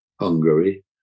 Hungary